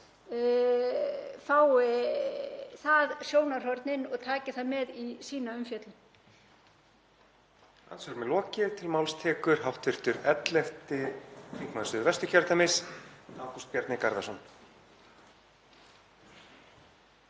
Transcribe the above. fái það sjónarhorn inn og taki það með í sína umfjöllun.